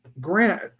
Grant